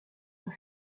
dans